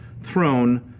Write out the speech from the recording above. throne